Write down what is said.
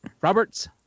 Robert's